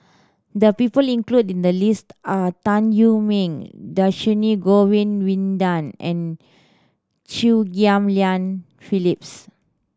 the people included in the list are Tan Wu Meng Dhershini Govin Winodan and Chew Ghim Lian Phyllis